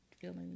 feeling